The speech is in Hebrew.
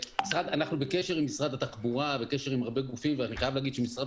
אנחנו בקשר עם משרד התחבורה ועם עוד הרבה גופים ואני חייב להגיד שמשרד